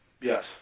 Yes